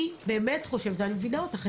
אני מבינה אותך,